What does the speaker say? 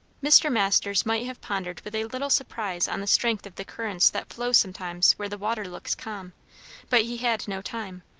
mr. masters might have pondered with a little surprise on the strength of the currents that flow sometimes where the water looks calm but he had no time,